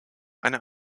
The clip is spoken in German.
eine